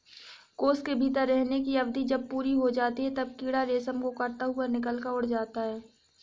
कोश के भीतर रहने की अवधि जब पूरी हो जाती है, तब कीड़ा रेशम को काटता हुआ निकलकर उड़ जाता है